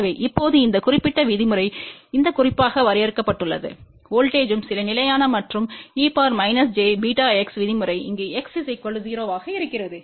எனவே இப்போது இந்த குறிப்பிட்ட விதிமுறை இந்த குறிப்பாக வரையறுக்கப்பட்டுள்ளது வோல்ட்டேஜ்ம் சில நிலையானது மற்றும்e jβx விதிமுறை இங்கு x 0 ஆக இருக்கிறது